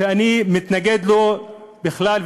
שאני מתנגד לו בכלל,